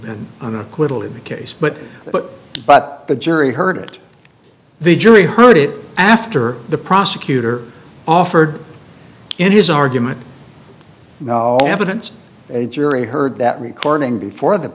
been on acquittal in the case but but but the jury heard it the jury heard it after the prosecutor offered in his argument no evidence a jury heard that recording before the